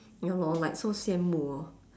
ya lor like so 羡慕：xian mu hor